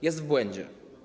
Jest w błędzie.